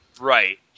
Right